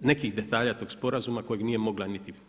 nekih detalja tog sporazuma kojeg nije mogla niti.